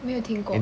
没有听过